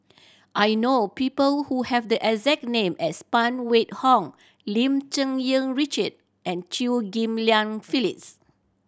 I know people who have the exact name as Phan Wait Hong Lim Cherng Yih Richard and Chew Ghim Lian Phyllis